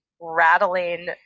Rattling